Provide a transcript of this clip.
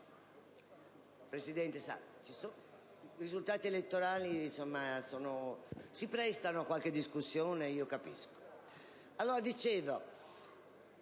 Presidente, i risultati elettorali si prestano a qualche discussione, lo capisco.